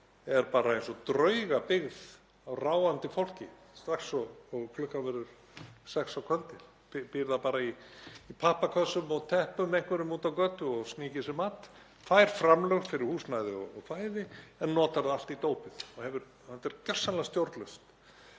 er bara eins og draugabyggð af ráfandi fólki strax og klukkan verður sex á kvöldin. Það býr bara í pappakössum og teppum úti á götu og sníkir sér mat. Það fær framlög fyrir húsnæði og fæði en notar það allt í dópið og þetta er gersamlega stjórnlaust.